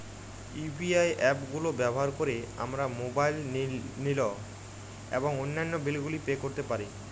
UPI app গুলো ব্যবহার করে আমরা মোবাইল নিল এবং অন্যান্য বিল গুলি পে করতে পারি